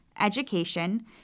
education